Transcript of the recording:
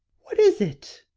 what is it?